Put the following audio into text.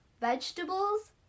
vegetables